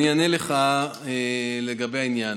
אני אענה לך לגבי העניין.